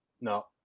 no